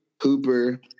Hooper